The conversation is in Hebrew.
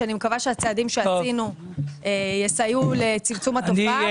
אני מקווה שהצעדים שעשינו יסייעו לצמצום התופעה,